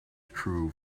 true